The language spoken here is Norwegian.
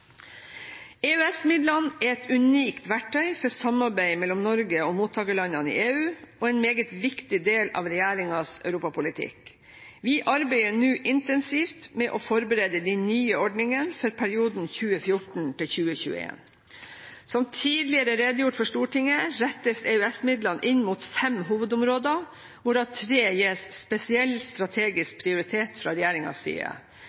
er et unikt verktøy for samarbeid mellom Norge og mottakerlandene i EU, og en meget viktig del av regjeringens europapolitikk. Vi arbeider nå intensivt med å forberede de nye ordningene for perioden 2014–2021. Som tidligere redegjort for for Stortinget, rettes EØS-midlene inn mot fem hovedområder, hvorav tre gis spesiell strategisk prioritet fra regjeringens side: